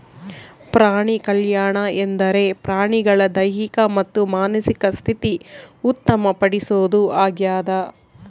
ಪ್ರಾಣಿಕಲ್ಯಾಣ ಎಂದರೆ ಪ್ರಾಣಿಗಳ ದೈಹಿಕ ಮತ್ತು ಮಾನಸಿಕ ಸ್ಥಿತಿ ಉತ್ತಮ ಪಡಿಸೋದು ಆಗ್ಯದ